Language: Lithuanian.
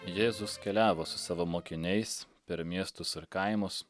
jėzus keliavo su savo mokiniais per miestus ir kaimus